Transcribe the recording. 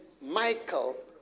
Michael